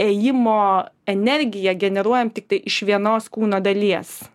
ėjimo energija generuojam tiktai iš vienos kūno dalies